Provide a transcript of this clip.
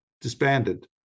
disbanded